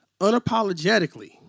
unapologetically